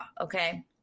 okay